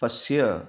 पश्य